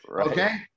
okay